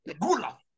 Gula